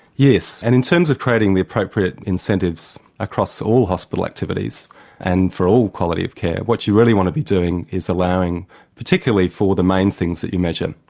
yes, and in terms of creating the appropriate incentives across all hospital activities and for all quality of care, what you really want to be doing is allowing particularly for the main things that you measure.